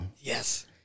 Yes